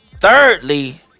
Thirdly